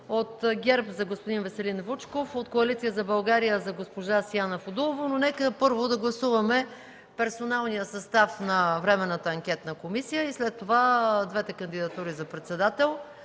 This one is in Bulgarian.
от ГЕРБ – господин Веселин Вучков; от Коалиция за България – госпожа Сияна Фудулова. Първо да гласуваме персоналния състав на Временната анкетна комисия и след това двете кандидатури за председател.